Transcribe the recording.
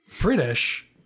British